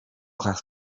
class